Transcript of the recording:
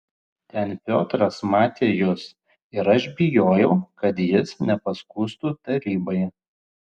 ten piotras matė jus ir aš bijojau kad jis nepaskųstų tarybai